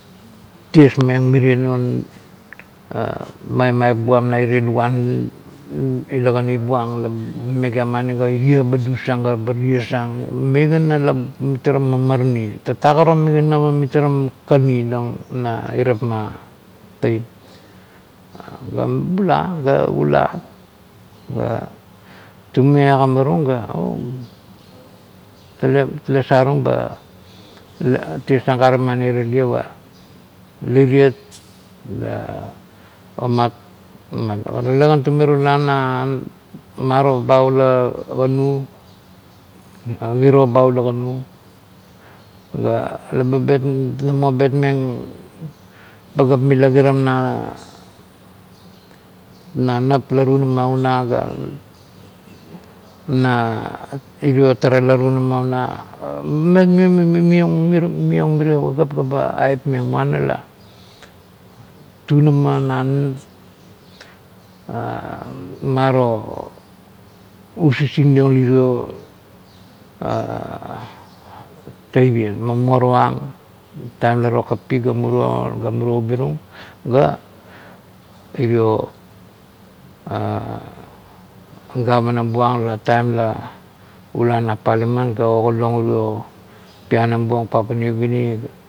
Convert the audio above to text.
Ties meng mirie non maimamip louam na mie luguan ila kani buang la megaman eba tusdang ga tie and migana la mitara mamarani tatak arom migana pa mitara kanani na irap ma teip ga bula ga ula ga tume agmiarung ga tale saverong ba ties tang ga are mani i rale pa iriet pa tale kan tume tula na maro ba ula kanu miro ba ula kanu da namo betmeng la ba betmeng naa bet meng pagap mila. Kira na na iap la ritia-ma una ga ba irie tara la tumama una ga man mumiong mirio pagap ga ba aipmeng muna la tunama na na o sising liong tavien manorung taim la tokakap ga murio ga muruo ubming ga irie gavana la ula na palamen ga ogaliong urio pianam bung papua new guinea.